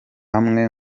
hamwe